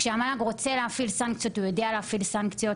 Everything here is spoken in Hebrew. כשהמל"ג רוצה להפעיל סנקציות הוא יודע להפעיל סנקציות,